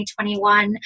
2021